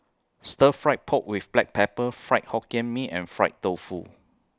Stir Fry Pork with Black Pepper Fried Hokkien Mee and Fried Tofu